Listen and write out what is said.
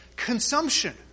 consumption